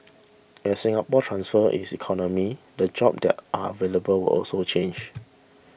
as Singapore transfer its economy the jobs that are available will also change